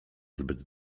zbyt